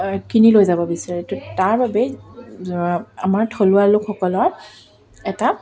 কিনি লৈ যাব বিচাৰে ত' তাৰ বাবে আমাৰ থলুৱা লোকসকলৰ এটা